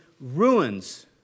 ruins